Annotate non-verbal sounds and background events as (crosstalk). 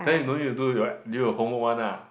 then you no need to do your (noise) do your homework one ah